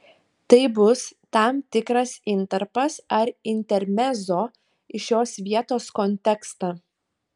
tai bus tam tikras intarpas ar intermezzo į šios vietos kontekstą